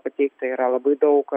pateikta yra labai daug